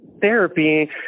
therapy